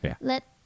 Let